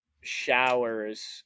showers